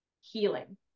healing